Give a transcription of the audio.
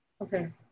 Okay